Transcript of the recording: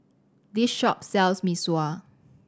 this shop sells Mee Sua